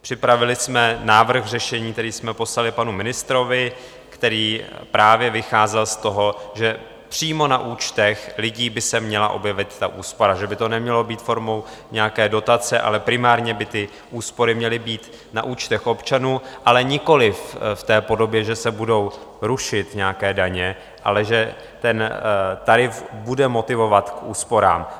Připravili jsme návrh řešení, který jsme poslali panu ministrovi, který právě vycházel z toho, že přímo na účtech lidí by se měla objevit úspora, že by to nemělo být formou nějaké dotace, ale primárně by ty úspory měly být na účtech občanů, ale nikoliv v podobě, že se budou rušit nějaké daně, ale že ten tarif bude motivovat k úsporám.